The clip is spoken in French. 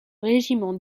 régiment